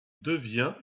devient